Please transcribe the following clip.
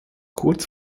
kurz